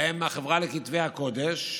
ובהם החברה לכתבי הקודש,